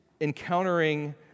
encountering